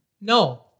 No